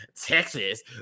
Texas